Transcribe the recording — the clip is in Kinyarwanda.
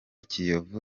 kiyovu